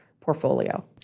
portfolio